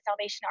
Salvation